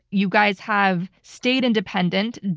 you guys have stayed independent,